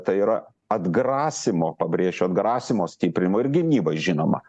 tai yra atgrasymo pabrėšiu atgrasymo stiprinimo ir gynybai žinoma